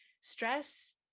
Stress